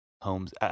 homes